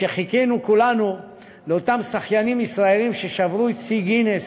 כשחיכינו כולנו לאותם שחיינים ישראלים ששברו את שיא גינס